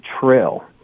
trail